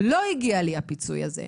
לא הגיע לי הפיצוי הזה.